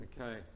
Okay